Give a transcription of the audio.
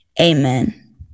Amen